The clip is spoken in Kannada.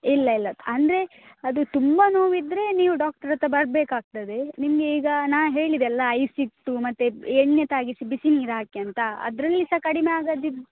ಇಲ್ಲ ಇಲ್ಲ ಅಂದರೆ ಅದು ತುಂಬ ನೋವು ಇದ್ದರೆ ನೀವು ಡಾಕ್ಟರ್ ಹತ್ರ ಬರ್ಬೇಕಾಗ್ತದೆ ನಿಮಗೆ ಈಗ ನಾನು ಹೇಳಿದೆ ಅಲ್ಲ ಐಸ್ ಇಟ್ಟು ಮತ್ತೆ ಎಣ್ಣೆ ತಾಗಿಸಿ ಬಿಸಿ ನೀರು ಹಾಕಿ ಅಂತ ಅದರಲ್ಲಿ ಸಹ ಕಡಿಮೆ ಆಗದಿದ್ದು